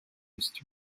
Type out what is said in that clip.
history